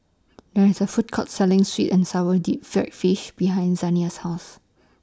There IS A Food Court Selling Sweet and Sour Deep Fried Fish behind Zaniyah's House